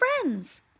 friends